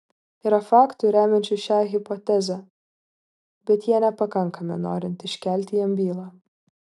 yra faktų remiančių šią hipotezę bet jie nepakankami norint iškelti jam bylą